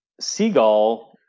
Seagull